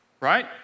right